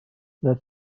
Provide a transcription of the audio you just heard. that